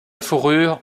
fourrure